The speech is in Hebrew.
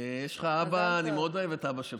יש לך אבא, אני מאוד אוהב את אבא שלך.